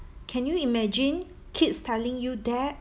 can you imagine kids telling you that